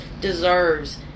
deserves